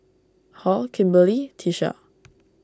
Hall Kimberley Tisha